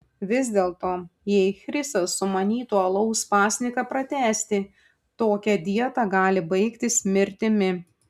vis dėlto jei chrisas sumanytų alaus pasninką pratęsti tokia dieta gali baigtis mirtimi